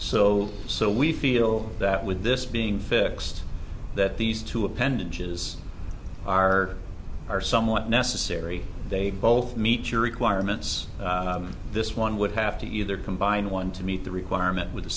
so so we feel that with this being fixed that these two appendages are are somewhat necessary they both meet your requirements this one would have to either combine one to meet the requirement with